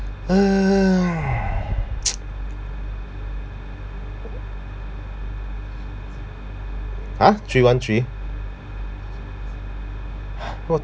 uh three one three oh